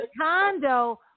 condo